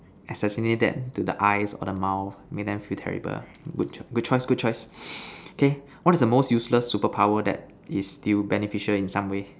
assassinate that to the eyes or the mouth make them feel terrible ah good choice good choice okay what is the most useless superpower that is still beneficial in some way